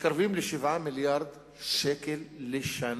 מתקרבים ל-7 מיליארדי שקל לשנה.